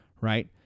right